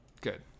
Good